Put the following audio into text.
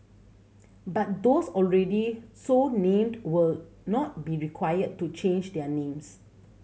but those already so named will not be required to change their names